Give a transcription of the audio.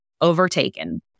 overtaken